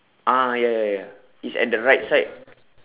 ah ya ya ya it's at the right side